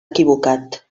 equivocat